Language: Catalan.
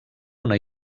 una